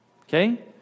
Okay